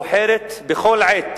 בוחרת בכל עת